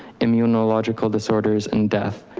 immunological disorders and death.